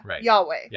Yahweh